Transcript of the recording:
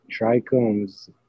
trichomes